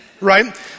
right